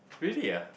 really ah